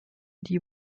die